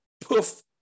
poof